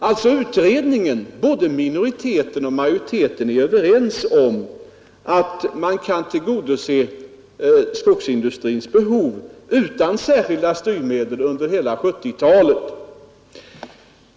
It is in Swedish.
Både minoriteten och majoriteten inom utredningen är således överens om att man kan tillgodose skogsindustrins behov utan särskilda styrmedel under hela 1970-talet.